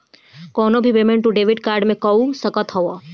कवनो भी पेमेंट तू डेबिट कार्ड से कअ सकत हवअ